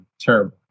Terrible